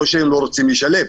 לא שהם לא רוצים לשלם.